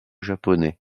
japonais